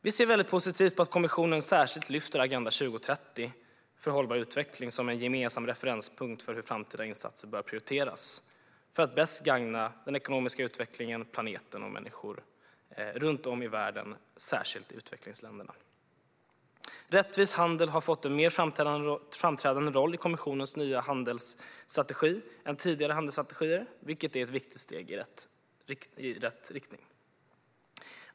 Vi ser väldigt positivt på att kommissionen särskilt lyfter fram Agenda 2030 för hållbar utveckling som en gemensam referenspunkt för hur framtida insatser bör prioriteras för att bäst gagna den ekonomiska utvecklingen, planeten och människor runt om i världen, särskilt i utvecklingsländerna. Rättvis handel har fått en mer framträdande roll i kommissionens nya handelsstrategi än i tidigare handelsstrategier, vilket är ett viktigt steg i rätt riktning.